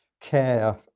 care